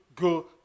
go